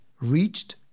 reached